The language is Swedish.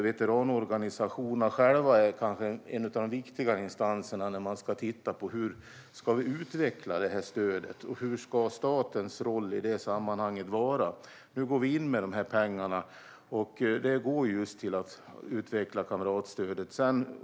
Veteranorganisationerna själva är kanske en av de viktigare instanserna när man ska titta på hur stödet ska utvecklas och hur statens roll ska vara. Nu går vi in med dessa pengar, och de går just till att utveckla kamratstödet.